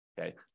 Okay